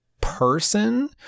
person